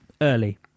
early